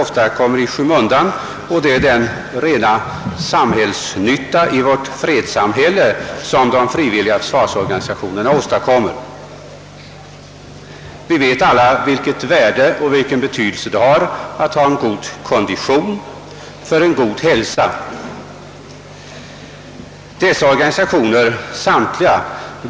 Låt mig även peka på den samhällsnyttiga verksamhet som de frivilliga försvarsorganisationerna bedriver i vårt fredssamhälle. Denna del av verksamheten kommer ofta i skymundan i debatten.